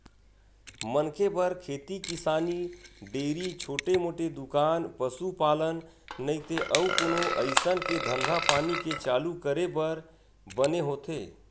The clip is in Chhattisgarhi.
मनखे बर खेती किसानी, डेयरी, छोटे मोटे दुकान, पसुपालन नइते अउ कोनो अइसन के धंधापानी के चालू करे बर बने होथे